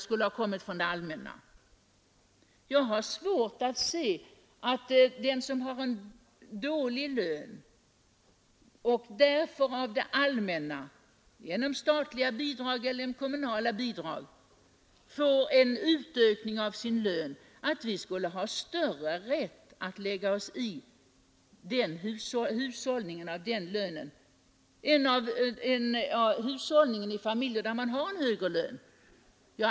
Jag har svårt att förstå att vi skall ha större rätt att lägga oss i hur den som har en dålig lön och därför av det allmänna — genom statliga eller kommunala bidrag — får ett tillskott till sin lön, hushållar med sina pengar än när det gäller de familjer som har en högre lön.